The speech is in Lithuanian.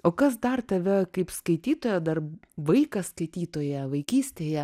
o kas dar tave kaip skaitytoją dar vaiką skaitytoją vaikystėje